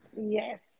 yes